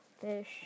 fish